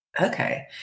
okay